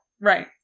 right